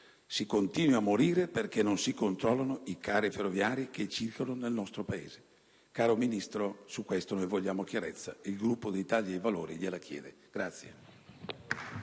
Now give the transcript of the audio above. si continui a morire perché non si controllano i carri ferroviari che circolano nel nostro Paese. Caro Ministro, su questo vogliamo chiarezza. È il Gruppo dell'Italia dei Valori a chiederglielo.